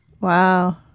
Wow